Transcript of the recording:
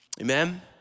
amen